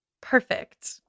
perfect